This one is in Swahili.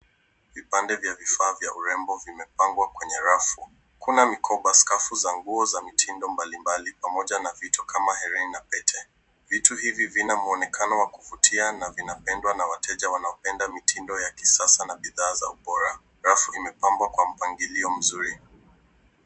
Vipande vya vifaa vya urembo vimepangwa kwenye rafu. Kuna mikoba, skafu za nguo za mitindo mbalimbali, pamoja na vitu kama herini na pete. Vitu hivi vina mwonekano wa kuvutia na vinapendwa na wateja wanaopenda mitindo ya kisasa na bidhaa za ubora. Rafu imepambwa kwa mpangilio mzuri.